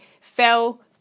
fell